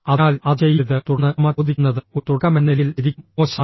അതിനാൽ അത് ചെയ്യരുത് തുടർന്ന് ക്ഷമ ചോദിക്കുന്നത് ഒരു തുടക്കമെന്ന നിലയിൽ ശരിക്കും മോശമാണ്